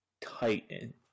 Titan